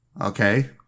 Okay